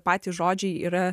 patys žodžiai yra